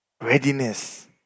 Readiness